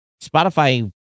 Spotify